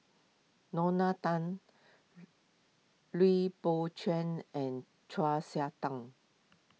Lorna Tan Lui Pao Chuen and Chau Sik Tang